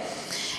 וכו'.